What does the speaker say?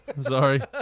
sorry